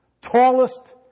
tallest